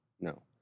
no